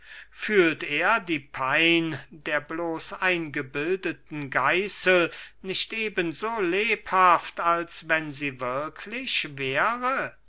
fühlt er die pein der bloß eingebildeten geißel nicht eben so lebhaft als wenn sie wirklich wäre